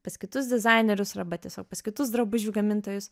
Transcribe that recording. pas kitus dizainerius arba tiesiog pas kitus drabužių gamintojus